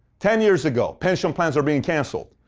ten years ago, pension plans are being cancelled.